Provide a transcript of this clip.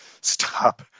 stop